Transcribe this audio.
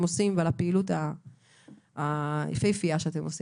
עושים ועל הפעילות היפהפייה שאתם עושים.